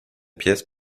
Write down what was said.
pièces